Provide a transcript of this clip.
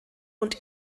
und